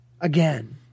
again